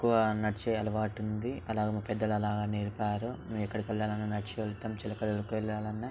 ఎక్కువ నడిచే అలవాటు ఉంది అలాగ మా పెద్దలు అలాగ నేర్పారు మేము ఎక్కడికి వెళ్ళాలన్నా నడిచే వెళ్తాం చిలకలూరికి వెళ్ళాలన్నా